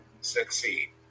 succeed